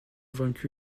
vaincu